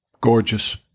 Gorgeous